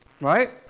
Right